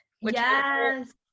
Yes